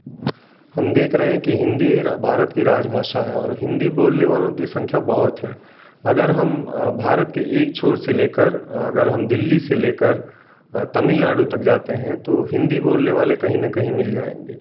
हम देख रहें हैं कि हिंदी भारत की राजभाषा है और हिंदी बोलने वालों की संख्या बहुत है अगर हम भारत के एक छोर से लेकर दिल्ली से लेकर तमिलनाडु तक जाते हैं तो हिंदी बोलने वाले कहीं न कहीं मिल जाएँगे